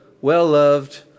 well-loved